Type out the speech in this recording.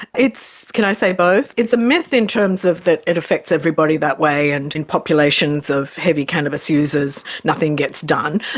it's, can i say both? it's a myth in terms of that it affects everybody that way and in populations of heavy cannabis users nothing gets done.